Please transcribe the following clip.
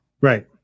right